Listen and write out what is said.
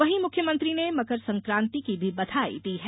वहीं मुख्यमंत्री ने मकर संक्रान्ति की भी बधाई दी है